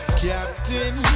captain